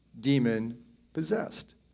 demon-possessed